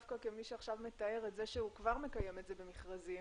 דווקא כמי שעכשיו מתאר את זה שהוא כבר מקיים את זה במכרזים